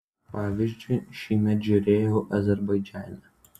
pavyzdžiui šįmet žiūrėjau azerbaidžane